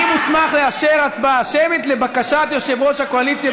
אני מוסמך לאשר הצבעה שמית לבקשת יושב-ראש הקואליציה,